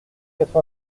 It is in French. quatre